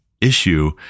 issue